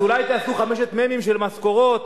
אז אולי תעשו חמשת מ"מים של משכורות,